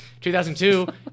2002